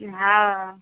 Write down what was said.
हँ